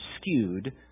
skewed